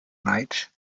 night